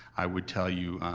i would tell you,